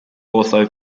also